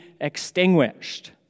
extinguished